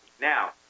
Now